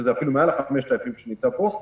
שזה מעל ה-5,000 שנמצא פה.